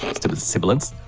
and stupid sibilance!